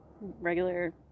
regular